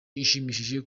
inshimishije